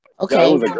Okay